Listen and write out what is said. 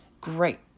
Great